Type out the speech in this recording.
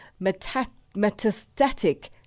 metastatic